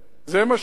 זה מה שמתבקש?